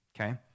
okay